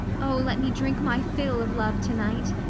oh, let me drink my fill of love to-night!